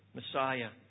Messiah